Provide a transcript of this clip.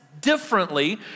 differently